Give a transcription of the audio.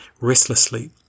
restlessly